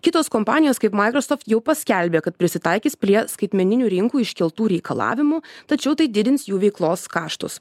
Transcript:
kitos kompanijos kaip maikrosoft jau paskelbė kad prisitaikys prie skaitmeninių rinkų iškeltų reikalavimų tačiau tai didins jų veiklos kaštus